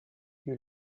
you